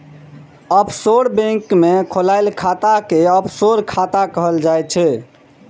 offshore bank मे खोलाएल खाता कें ऑफसोर खाता कहल जाइ छै